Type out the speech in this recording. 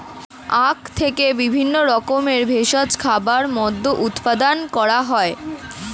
আখ থেকে বিভিন্ন রকমের ভেষজ খাবার, মদ্য উৎপাদন করা হয়